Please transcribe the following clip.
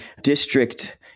district